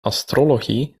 astrologie